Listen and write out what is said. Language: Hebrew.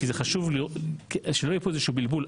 כי חשוב שלא יהיה כאן איזשהו בלבול.